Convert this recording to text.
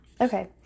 Okay